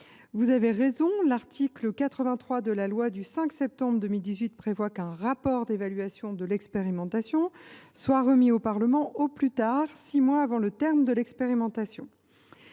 Vous avez raison, l’article 83 de la loi du 5 septembre 2018 prévoit qu’un « rapport d’évaluation de l’expérimentation [soit] remis au Parlement au plus tard six mois avant le terme de l’expérimentation